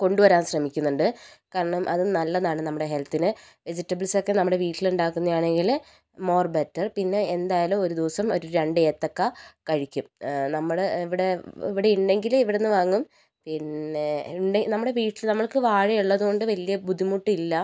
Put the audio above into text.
കൊണ്ട് വരാൻ ശ്രമിക്കുന്നുണ്ട് കാരണം അത് നല്ലതാണ് നമ്മുടെ ഹെൽത്തിന് വെജിറ്റബിൾസൊക്കെ നമ്മുടെ വീട്ടിൽ ഉണ്ടാക്കുന്നതാണെങ്കില് മോർ ബെറ്റർ പിന്നെ എന്തായാലും ഒരു ദിവസം ഒരു രണ്ട് ഏത്തക്ക കഴിക്കും നമ്മള് ഇവിടെ ഇവിടെ ഉണ്ടെങ്കില് ഇവിടെന്ന് വാങ്ങും പിന്നെ ഉണ്ടേൽ നമ്മുടെ വീട്ടിൽ നമ്മൾക്ക് വാഴയുള്ളത് കൊണ്ട് വലിയ ബുദ്ധിമുട്ട് ഇല്ല